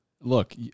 Look